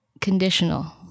Conditional